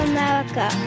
America